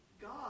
God